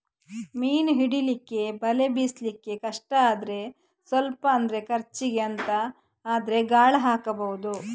ಮೀನು ಹಿಡೀಲಿಕ್ಕೆ ಬಲೆ ಬೀಸ್ಲಿಕ್ಕೆ ಕಷ್ಟ ಆದ್ರೆ ಸ್ವಲ್ಪ ಅಂದ್ರೆ ಖರ್ಚಿಗೆ ಅಂತ ಆದ್ರೆ ಗಾಳ ಹಾಕ್ಬಹುದು